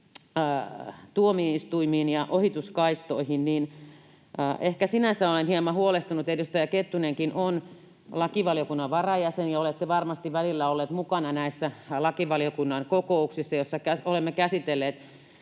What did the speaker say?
tuomioistuimiin ja ohituskaistoihin, niin ehkä sinänsä olen hieman huolestunut, ja edustaja Kettunenkin on lakivaliokunnan varajäsen — ja olette varmasti välillä ollut mukana näissä lakivaliokunnan kokouksissa, joissa olemme käsitelleet